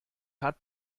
hat